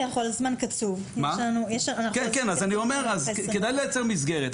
כדאי לייצר מסגרת.